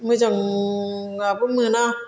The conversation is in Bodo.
मोजाङाबो मोना